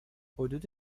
حدود